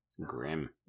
Grim